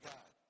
God